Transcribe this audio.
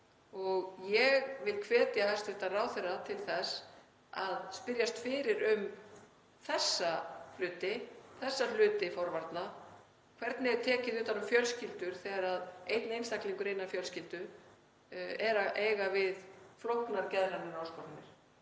Ég vil hvetja hæstv. ráðherra til þess að spyrjast fyrir um þennan hluta forvarna, hvernig er tekið utan um fjölskyldur þegar einn einstaklingur innan fjölskyldu er að eiga við flóknar geðrænar áskoranir.